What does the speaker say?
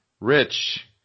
Rich